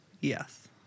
Yes